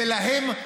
ולהם,